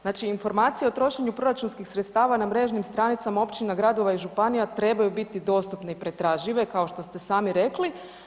Znači informacije o trošenju proračunskih sredstava na mrežnim stranicama općina, gradova i županija trebaju biti dostupne i pretražive kao što ste sami rekli.